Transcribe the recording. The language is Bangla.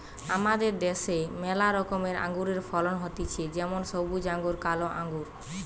আমাদের দ্যাশে ম্যালা রকমের আঙুরের ফলন হতিছে যেমন সবুজ আঙ্গুর, কালো আঙ্গুর